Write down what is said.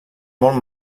molt